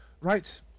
right